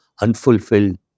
unfulfilled